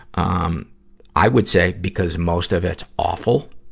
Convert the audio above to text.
um i would say because most of it's awful,